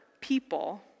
people